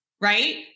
right